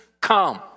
come